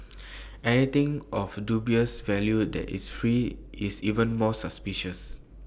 anything of dubious value that is free is even more suspicious